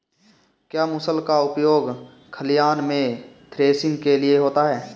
क्या मूसल का उपयोग खलिहान में थ्रेसिंग के लिए होता है?